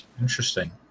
Interesting